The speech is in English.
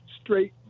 straight